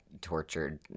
tortured